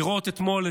לראות אתמול,